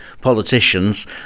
politicians